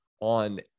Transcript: on